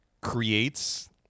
creates